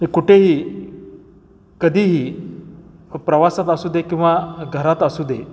म्हणजे कुठेही कधीही मग प्रवासात असू दे किंवा घरात असू दे